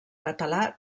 català